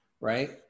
right